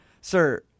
Sir